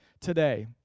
today